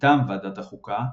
מטעם ועדת החוקה,